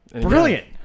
Brilliant